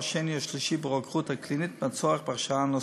שני או שלישי ברוקחות קלינית מהצורך בהכשרה נוספת.